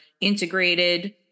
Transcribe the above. integrated